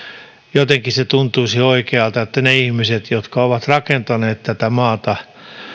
jotenkin se tuntuisi oikealta että ne ne ihmiset jotka ovat rakentaneet tätä maata